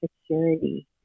security